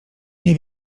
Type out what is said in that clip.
nie